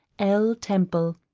l. temple.